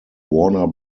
warner